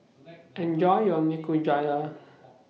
Enjoy your Nikujaga